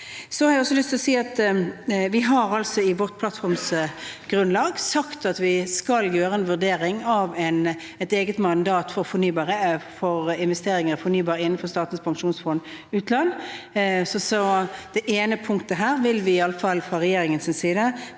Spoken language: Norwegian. at vi i vårt plattformsgrunnlag har sagt at vi skal gjøre en vurdering av et eget mandat for investeringer av fornybar energiproduksjon innenfor Statens pensjonsfond utland. Så det ene punktet her vil vi iallfall fra regjeringens side